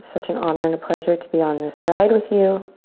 such an honor and a pleasure to be on this ride with you.